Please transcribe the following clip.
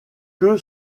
que